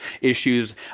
issues